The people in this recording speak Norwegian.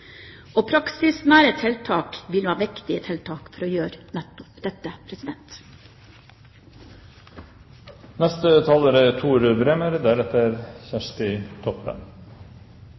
Praksisnære tiltak vil være viktige tiltak for å gjøre nettopp dette.